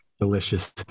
Delicious